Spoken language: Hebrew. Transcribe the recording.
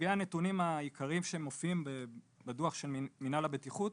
וסוגי הנתונים העיקריים שמופיעים בדוח של מנהל הבטיחות,